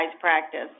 practice